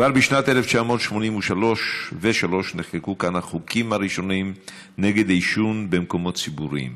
כבר בשנת 1983 נחקקו כאן החוקים הראשונים נגד עישון במקומות ציבוריים,